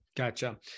Gotcha